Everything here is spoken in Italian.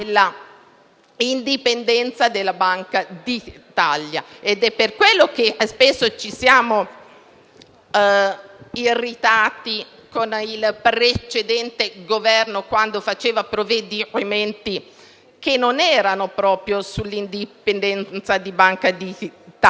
dell'indipendenza della Banca d'Italia ed è per questo che ci siamo spesso irritati con il precedente Governo quando faceva provvedimenti che non erano proprio sull'indipendenza di Banca d'Italia.